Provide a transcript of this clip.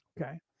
okay